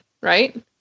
right